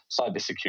cybersecurity